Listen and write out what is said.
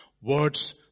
Words